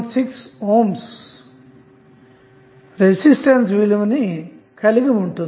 6 ohm resistance ను కలిగి ఉంటుంది